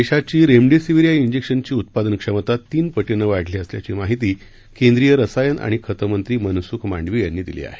देशाची रेमडेसीवीर या जैक्शनची उत्पादन क्षमता तीन पटीनं वाढली असल्याची माहिती केंद्रीय रसायन आणि खतं मंत्री मनसूख मांडवीय यांनी दिली आहे